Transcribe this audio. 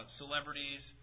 celebrities